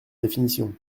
définition